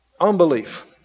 unbelief